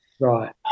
right